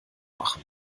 machen